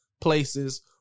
places